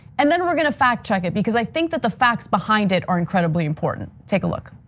and then we're gonna fact check it, because i think that the facts behind it are incredibly important. take a look.